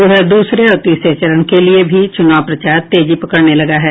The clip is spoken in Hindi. उधर दूसरे और तीसरे चरण के लिये भी चुनाव प्रचार तेजी पकड़ने लगा है